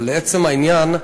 אבל לעצם העניין,